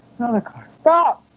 another car. stop!